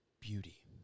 beauty